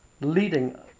leading